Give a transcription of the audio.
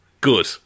Good